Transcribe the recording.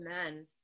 Amen